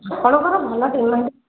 ଆପଣଙ୍କର ଭଲ